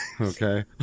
Okay